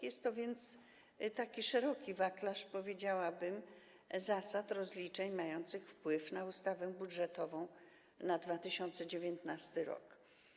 Jest to więc taki szeroki wachlarz, powiedziałabym, zasad rozliczeń mających wpływ na ustawę budżetową na 2019 r.